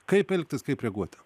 kaip elgtis kaip reaguoti